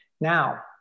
Now